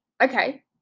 okay